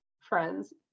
friends